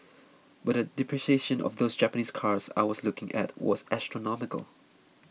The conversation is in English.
but the depreciation of those Japanese cars I was looking at was astronomical